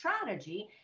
strategy